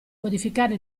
modificare